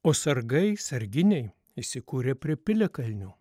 o sargai sarginiai įsikurė prie piliakalnių